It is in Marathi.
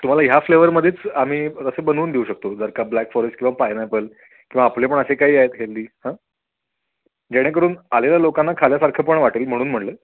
तुम्हाला ह्या फ्लेवरमध्येच आम्ही तसं बनवून देऊ शकतो जर का ब्लॅक फॉरेस्ट किंवा पायनॅपल किंवा आपले पण असे काही आहेत हल्दी हं जेणेकरून आलेल्या लोकांना खाल्ल्यासारखं पण वाटेल म्हणून म्हणलं